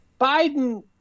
Biden